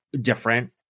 different